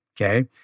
okay